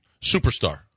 Superstar